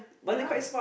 ya